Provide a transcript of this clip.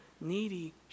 needy